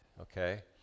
okay